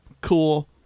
cool